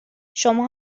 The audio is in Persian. شما